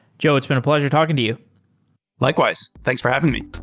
joe, it's been a pleasure talking to you likewise. thanks for having me